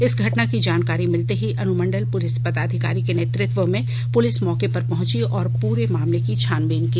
इस घटना की जानकारी मिलते ही अनुमंडल पुलिस पदाधिकारी के नेतृत्व में पुलिस मौके पर पहुंची और पूरे मामले की छानबीन की